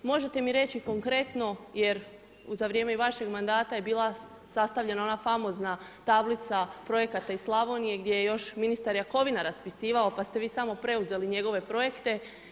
Možete mi reći konkretno jer za vrijeme vašeg mandata je bila sastavljena ona famozna tablica projekata iz Slavonije gdje je još ministar Jakovina raspisivao, pa ste vi samo preuzeli njegove projekte.